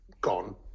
gone